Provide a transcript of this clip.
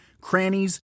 crannies